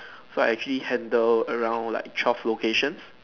so I actually handle around like twelve locations